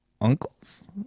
uncles